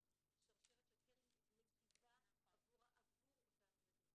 שרשרת של caring מטיבה עבור אותם ילדים.